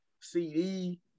CD